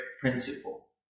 principle